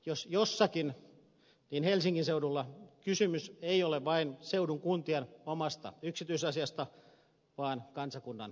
jos jossakin niin helsingin seudulla kysymys ei ole vain seudun kuntien omasta yksityisasiasta vaan kansakunnan kokonaisedusta